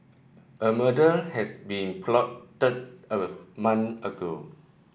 a murder has been plotted month ago